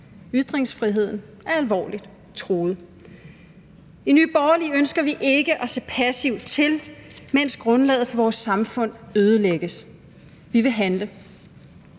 Ytringsfriheden er alvorligt truet. I Nye Borgerlige ønsker vi ikke at se passivt til, mens grundlaget for vores samfund ødelægges. Vi vil handle.